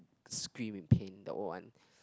scream in pain the old one